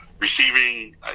Receiving